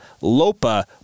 Lopa